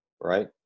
right